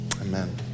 amen